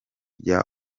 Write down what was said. rya